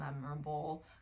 memorable